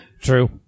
True